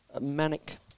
manic